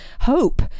hope